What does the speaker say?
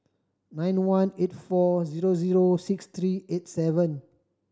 nine one eight four zero zero six three eight seven